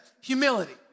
Humility